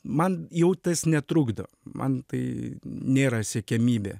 man jau tas netrukdo man tai nėra siekiamybė